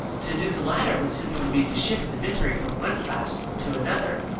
to do the latter would simply mean to shift the misery from one class to another.